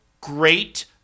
great